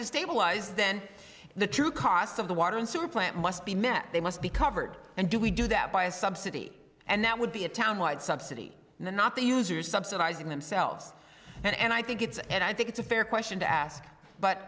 to stabilize then the true cost of the water and sewer plant must be met they must be covered and do we do that by a subsidy and that would be a town wide subsidy not the users subsidizing themselves and i think it's and i think it's a fair question to ask but